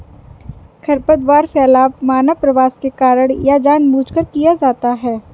खरपतवार फैलाव मानव प्रवास के कारण या जानबूझकर किया जाता हैं